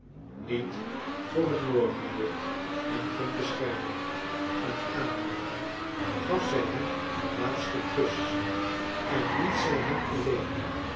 niet voor het morgenlicht hem kon beschermen en aanmoedigen gaf zij hem een laatsten kus en liet zij hem alleen